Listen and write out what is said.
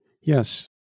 Yes